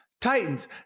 Titans